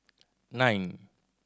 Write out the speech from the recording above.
nine